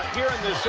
here in this